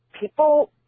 people